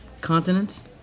continents